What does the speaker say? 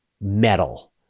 metal